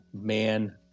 man